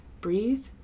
Breathe